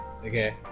Okay